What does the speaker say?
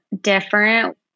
different